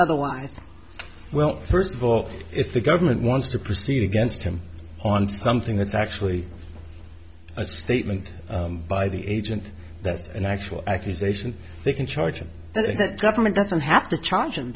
otherwise well first of all if the government wants to proceed against him on something that's actually a statement by the agent that's an actual accusation they can charge and the government doesn't have to charge